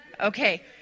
Okay